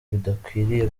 bidakwiriye